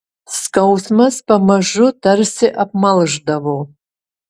skausmas pamažu tarsi apmalšdavo